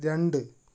രണ്ട്